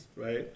right